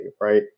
right